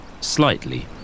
slightly